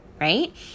Right